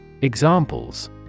Examples